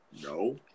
No